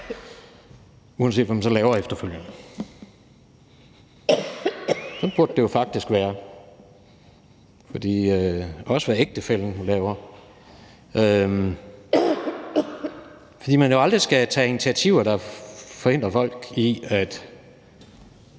uanset hvad vi så laver efterfølgende – sådan burde det jo faktisk være – også uanset hvad ægtefællen laver, for man skal jo aldrig tage initiativer, der forhindrer folk i at